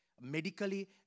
medically